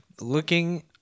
looking